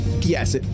yes